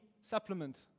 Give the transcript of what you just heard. supplement